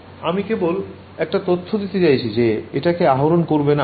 আমি কেবল একটা তথ্য দিতে চাইছি যে এটাকে আহরণ করবো না